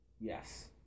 Yes